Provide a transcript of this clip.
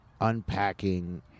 unpacking